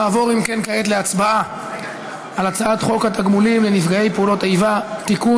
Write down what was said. נעבור כעת להצבעה על הצעת חוק התגמולים לנפגעי פעולות איבה (תיקון,